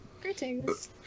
Greetings